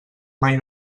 mai